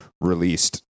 released